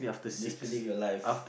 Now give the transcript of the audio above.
just killing your life